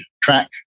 track